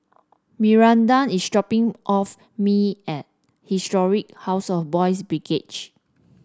Miranda is dropping off me at Historic House of Boys' Brigade